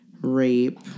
rape